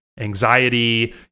anxiety